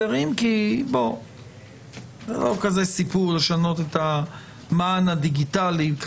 אם כי זה לא כזה סיפור לשנות את המען הדיגיטלי.